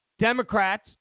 Democrats